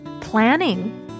Planning